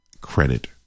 credit